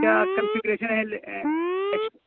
کیا کانفیگریشن ہے لے ایچ